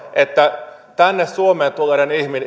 että tänne suomeen tulleiden